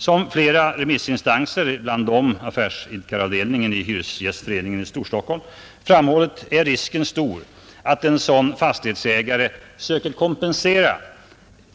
Som flera remissinstanser — bland dem affärsidkaravdelningen i Hyresgästföre ningen i Stor-Stockholm — framhållit är risken stor att en sådan fastighetsägare söker kompensera